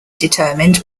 determined